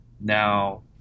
Now